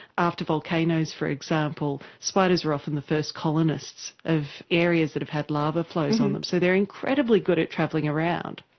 after volcanoes for example, spiders are often the first colonists of areas that have had lava flows on them. so they are incredibly good at travelling around.